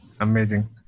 Amazing